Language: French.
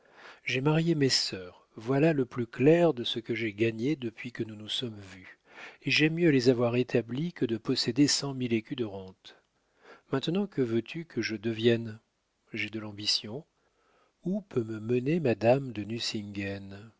j'ai marié mes sœurs voilà le plus clair de ce que j'ai gagné depuis que nous nous sommes vus et j'aime mieux les avoir établies que de posséder cent mille écus de rente maintenant que veux-tu que je devienne j'ai de l'ambition où peut me mener madame de